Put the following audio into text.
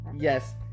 Yes